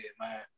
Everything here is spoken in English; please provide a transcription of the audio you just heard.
man